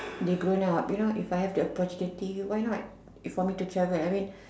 they grown up you know if I have the opportunity why not for me to travel I mean